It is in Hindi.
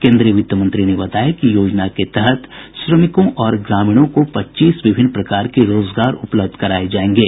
केन्द्रीय वित्त मंत्री ने बताया कि योजना के तहत श्रमिकों और ग्रामीणों को पच्चीस विभिन्न प्रकार के रोजगार उपलब्ध कराए जाएंगे